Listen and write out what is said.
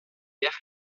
ver